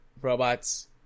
robots